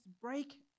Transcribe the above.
break